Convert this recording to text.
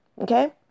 okay